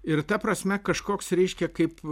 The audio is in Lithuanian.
ir ta prasme kažkoks reiškia kaip